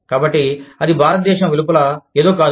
కాబట్టి అది భారతదేశం వెలుపల ఏదో కాదు